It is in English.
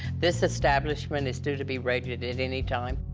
this establishment is due to be raided at any time.